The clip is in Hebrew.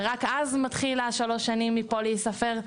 ורק אז מתחיל השלוש שנים מפה להיספר.